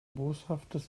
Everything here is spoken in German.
boshaftes